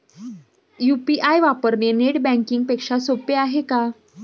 UPI वापरणे net banking पेक्षा सोपे आहे का?